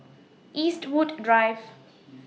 Eastwood Drive